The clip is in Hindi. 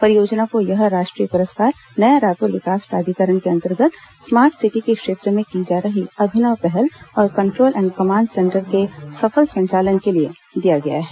परियोजना को यह राष्ट्रीय पुरस्कार नया रायपुर विकास प्राधिकरण के अंतर्गत स्मार्ट सिटी के क्षेत्र में की जा रही अभिनव पहल और कन्ट्रोल एंड कमांड सेंटर के सफल संचालन के लिए दिया गया है